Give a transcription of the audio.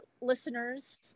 listeners